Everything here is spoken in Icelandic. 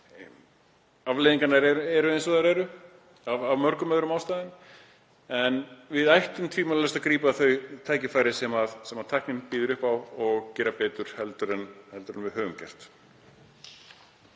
afleiðingarnar eru eins og þær eru af mörgum öðrum ástæðum. En við ættum tvímælalaust að grípa þau tækifæri sem tæknin býður upp á og gera betur en við höfum gert.